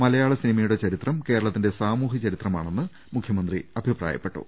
മല യാള സിനിമയുടെ ചരിത്രം കേരളത്തിന്റെ സാമൂഹ്യ ചരിത്രമാ ണെന്നും മുഖ്യമന്ത്രി അഭിപ്രായപ്പെട്ടു